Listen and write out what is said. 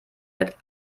mit